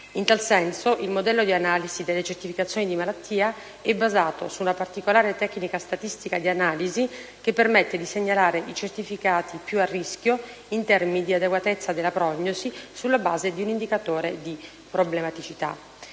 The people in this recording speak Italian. In tal senso, il modello di analisi delle certificazioni di malattia è basato su una particolare tecnica statistica di analisi che permette di segnalare i certificati più a rischio in termini di adeguatezza della prognosi, sulla base di un indicatore di probabilità.